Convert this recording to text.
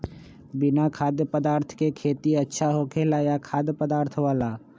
बिना खाद्य पदार्थ के खेती अच्छा होखेला या खाद्य पदार्थ वाला?